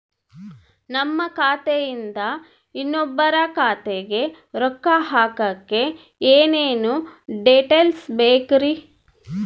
ನಮ್ಮ ಖಾತೆಯಿಂದ ಇನ್ನೊಬ್ಬರ ಖಾತೆಗೆ ರೊಕ್ಕ ಹಾಕಕ್ಕೆ ಏನೇನು ಡೇಟೇಲ್ಸ್ ಬೇಕರಿ?